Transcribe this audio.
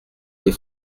les